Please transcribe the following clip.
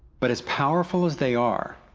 but as powerful as they are,